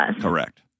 Correct